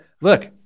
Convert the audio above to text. look